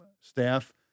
staff